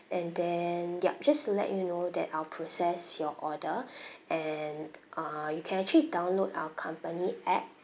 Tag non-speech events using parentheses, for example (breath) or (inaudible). and then yup just to let you know that I will process your order (breath) and uh you can actually download our company app